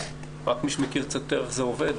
רק מי שמכיר קצת יותר איך זה עובד.